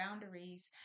boundaries